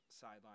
sideline